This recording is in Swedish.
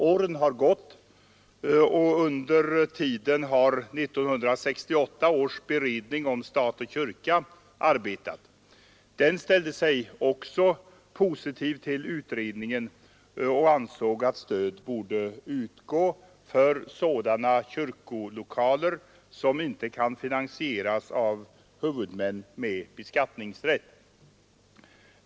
Åren har gått, och under tiden har 1968 års beredning om stat och kyrka arbetat. Den ställde sig också positiv till utredningen och ansåg, att stöd borde utgå för sådana kyrkolokaler som inte finansieras av huvudmän med beskattningsrätt.